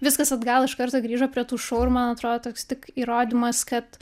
viskas atgal iš karto grįžo prie tų šou ir man atrodo toks tik įrodymas kad